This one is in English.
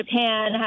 Japan